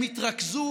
הם התרכזו